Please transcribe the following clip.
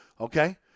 Okay